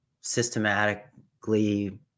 systematically